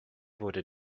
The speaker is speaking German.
wurde